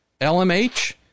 LMH